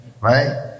right